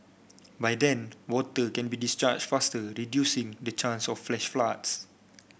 by then water can be discharged faster reducing the chance of flash floods